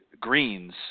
greens